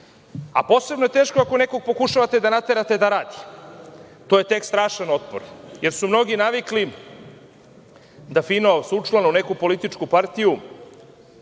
Posebno je teško ako nekog pokušavate da naterate da radi, to je tek strašan otpor, jer su mnogi navikli da se fino učlane u neku političku partiju